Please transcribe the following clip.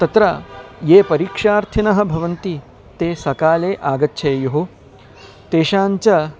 तत्र ये परीक्षार्थिनः भवन्ति ते सकाले आगच्छेयुः तेषां च